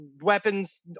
weapons